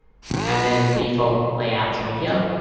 and then default layouts over here.